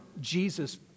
Jesus